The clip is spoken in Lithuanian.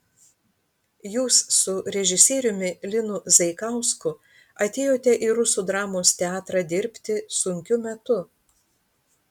jūs su režisieriumi linu zaikausku atėjote į rusų dramos teatrą dirbti sunkiu metu